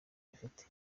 bafite